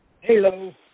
Hello